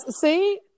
See